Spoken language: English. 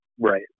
Right